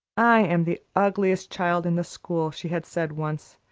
i am the ugliest child in the school, she had said once,